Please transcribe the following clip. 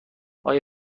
آیا